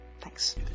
Thanks